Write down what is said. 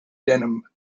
denham